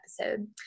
episode